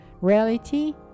Reality